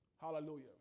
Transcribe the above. Hallelujah